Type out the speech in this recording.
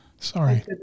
sorry